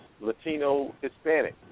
Latino-Hispanic